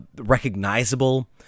recognizable